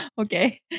Okay